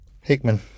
Hickman